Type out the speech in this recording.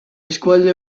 eskualde